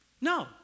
No